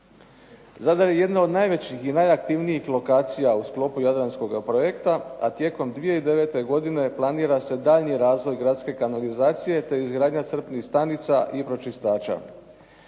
Zadar je jedna od najvećih i najaktivnijih lokacija u sklopu "Jadranskoga projekta", a tijekom 2009. godine planira se daljnji razvoj gradske kanalizacije, te izgradnja crpnih stanica i pročišćivača.